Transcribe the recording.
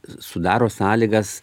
sudaro sąlygas